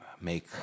make